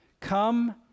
Come